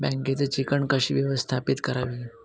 बँकेची चिकण कशी व्यवस्थापित करावी?